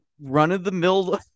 run-of-the-mill